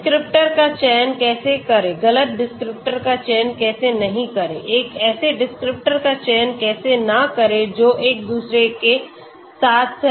सही डिस्क्रिप्टर का चयन कैसे करें गलत डिस्क्रिप्टर का चयन कैसे नहीं करें एक ऐसे डिस्क्रिप्टर का चयन कैसे न करें जो एक दूसरे के साथ सहसंबद्ध हैं